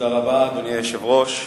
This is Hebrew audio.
אדוני היושב-ראש,